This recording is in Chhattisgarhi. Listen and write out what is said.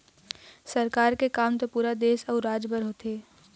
सरकार के काम तो पुरा देश अउ राज बर होथे